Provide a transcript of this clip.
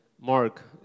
Mark